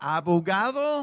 abogado